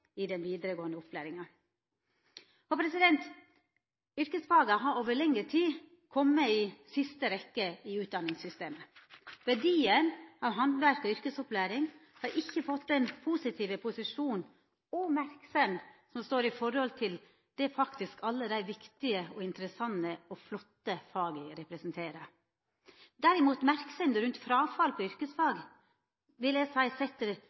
i den vidaregåande opplæringa. Yrkesfaga har over lengre tid komme i siste rekkje i utdanningssystemet. Verdien av handverks- og yrkesopplæring har ikkje fått den positive posisjonen og merksemda som står i forhold til det alle dei viktige, interessante og flotte faga faktisk representerer. Derimot vil eg seia at merksemda rundt fråfall på